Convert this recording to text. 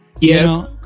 Yes